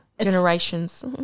Generations